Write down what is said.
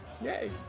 Yay